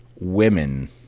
women